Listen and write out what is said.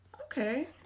okay